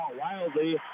wildly